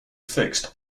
fixed